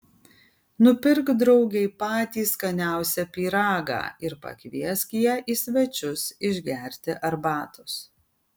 nupirk draugei patį skaniausią pyragą ir pakviesk ją į svečius išgerti arbatos